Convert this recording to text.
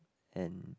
and